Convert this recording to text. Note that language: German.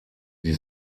sie